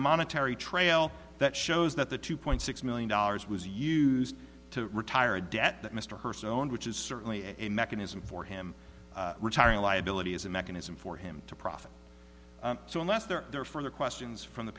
monetary trail that shows that the two point six million dollars was used to retire a debt that mr hurst owned which is certainly a mechanism for him retiring liability as a mechanism for him to profit so unless they're there for the questions from the